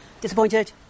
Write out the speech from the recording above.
disappointed